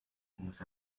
nous